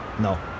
No